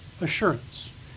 assurance